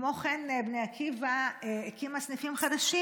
כמו כן, בני עקיבא הקימה סניפים חדשים